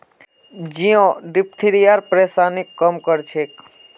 जौ डिप्थिरियार परेशानीक कम कर छेक